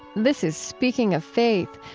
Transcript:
this is speaking of faith.